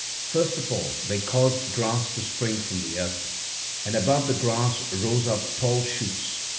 first of all they caused grass to spring from the earth and above the grass rose up tall shoots,